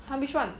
!huh! which [one]